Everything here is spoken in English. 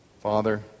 Father